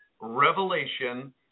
revelation